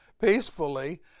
peacefully